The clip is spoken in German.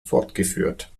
fortgeführt